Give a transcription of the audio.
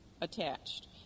attached